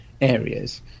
areas